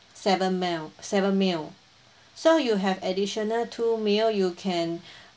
seven meal seven meal so you have additional two meal you can